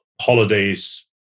holidays